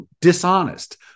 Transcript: dishonest